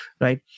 right